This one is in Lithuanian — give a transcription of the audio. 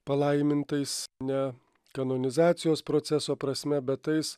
palaimintais ne kanonizacijos proceso prasme bet tais